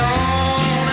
on